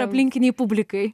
aplinkinei publikai